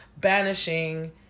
banishing